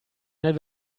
nel